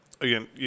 again